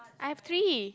I have three